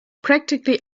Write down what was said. practically